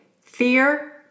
fear